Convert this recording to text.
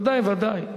ודאי, ודאי.